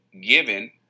given